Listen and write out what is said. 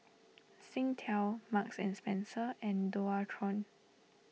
Singtel Marks and Spencer and Dualtron